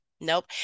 Nope